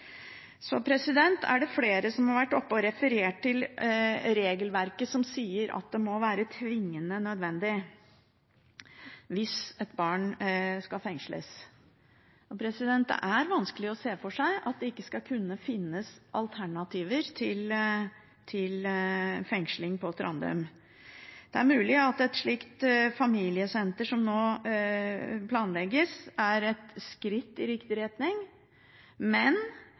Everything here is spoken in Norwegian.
Flere har vært oppe og referert til regelverket som sier at det må være tvingende nødvendig hvis et barn skal fengsles. Det er vanskelig å se for seg at det ikke skal kunne finnes alternativer til fengsling på Trandum, og det er mulig at et slikt familiesenter som nå planlegges, er et skritt i riktig retning. Men